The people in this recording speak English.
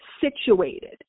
situated